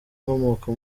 inkomoko